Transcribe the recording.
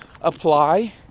apply